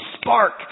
spark